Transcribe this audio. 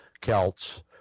Celts